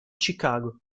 chicago